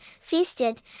feasted